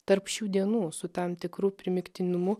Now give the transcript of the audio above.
tarp šių dienų su tam tikru primygtinumu